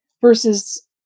Versus